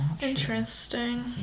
Interesting